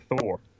Thor